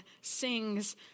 sings